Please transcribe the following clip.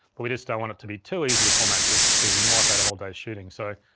but we just don't want it to be too easy to format disks cause you can wipe out a whole day's shooting. so,